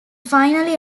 finally